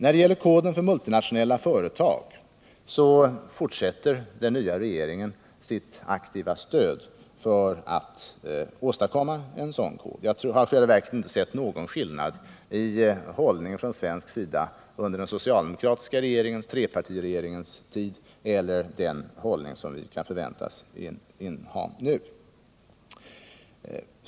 När det gäller koden för multinationella företag ger den nya regeringen ett fortsatt aktivt stöd för att åstadkomma en sådan kod. Jag har i själva verket inte sett någon skillnad i hållningen från svensk sida under den socialdemokratiska regeringens tid och trepartiregeringens tid och inte heller i den hållning som vi kan förväntas ha nu.